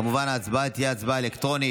כמובן, ההצבעה תהיה אלקטרונית.